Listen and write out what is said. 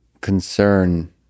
concern